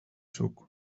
zuk